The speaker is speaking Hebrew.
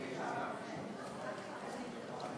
ההצעה להעביר